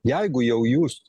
jeigu jau jūs